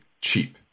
cheap